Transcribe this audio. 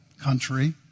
country